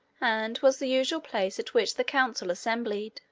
and was the usual place at which the council assembled.